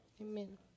Amen